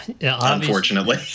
Unfortunately